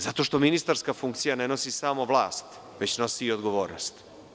Zato što ministarska funkcija ne nosi samo vlast, već nosi i odgovornost.